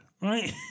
right